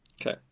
Okay